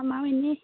আমাৰো এনেই